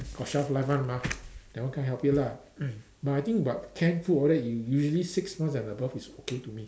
got shelf life one mah that one can't help it lah mm but I think but canned food all that you usually six months and above is okay to me